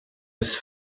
ist